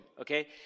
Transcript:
okay